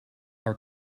our